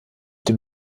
dem